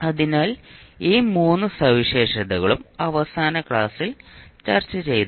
അതിനാൽ ഈ മൂന്ന് സവിശേഷതകളും അവസാന ക്ലാസിൽ ചർച്ചചെയ്തു